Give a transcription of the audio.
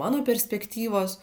mano perspektyvos